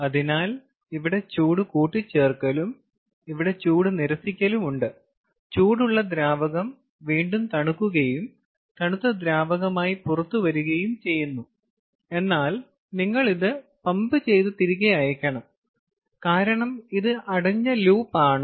അതിനാൽ ഇവിടെ ചൂട് കൂട്ടിച്ചേർക്കലും ഇവിടെ ചൂട് നിരസിക്കലും ഉണ്ട് ചൂടുള്ള ദ്രാവകം വീണ്ടും തണുക്കുകയും തണുത്ത ദ്രാവകമായി പുറത്തുവരികയും ചെയ്യുന്നു എന്നാൽ നിങ്ങൾ ഇത് പമ്പ് ചെയ്ത് തിരികെ അയയ്ക്കണം കാരണം ഇത് അടഞ്ഞ ലൂപ്പ് ആണ്